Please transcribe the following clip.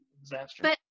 disaster